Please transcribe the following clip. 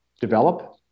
develop